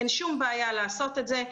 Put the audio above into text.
אין שום בעיה לעשות את זה.